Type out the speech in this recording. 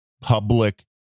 public